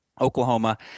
Oklahoma